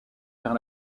vers